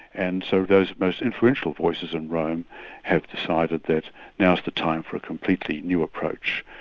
and so those most influential voices in rome have decided that now's the time for a completely new approach.